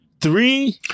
Three